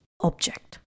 object